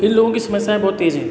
तो इन लोगों की समस्याएँ बहुत तेज़ हैं